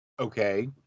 Okay